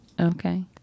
okay